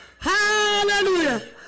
Hallelujah